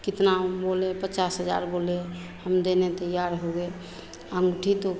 कितना बोलें पचास हज़ार बोले हम देने तैयार हो गए अँगूठी तो